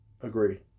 agree